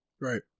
Right